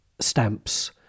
stamps